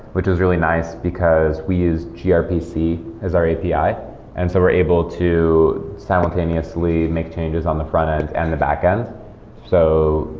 which is really nice because we use grpc as our api. and so we're able to simultaneously make changes on the front-end and the back end. so